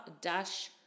dash